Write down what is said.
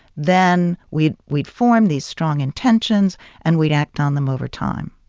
then we'd we'd form these strong intentions and we'd act on them over time.